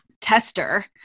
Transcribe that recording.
tester